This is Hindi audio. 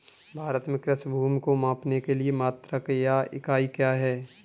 भारत में कृषि भूमि को मापने के लिए मात्रक या इकाई क्या है?